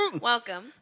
welcome